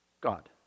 God